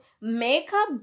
makeup